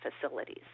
facilities